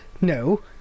No